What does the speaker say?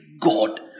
God